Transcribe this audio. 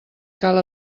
cal